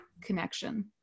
connection